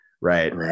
Right